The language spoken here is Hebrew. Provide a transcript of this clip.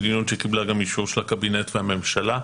שקיבלה גם אישור של הקבינט ושל הממשלה,